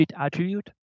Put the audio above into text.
attribute